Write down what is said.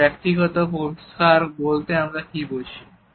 তো ব্যক্তিগত পরিষ্কার বলতে আমরা কি বুঝি